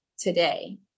today